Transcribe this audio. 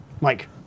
Mike